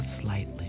slightly